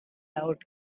out